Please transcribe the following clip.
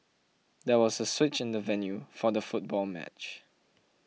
there was a switch in the venue for the football match